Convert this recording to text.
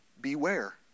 beware